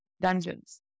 dungeons